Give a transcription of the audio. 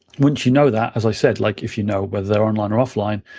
once you know that, as i said, like if you know whether they're online or offline,